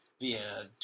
via